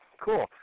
cool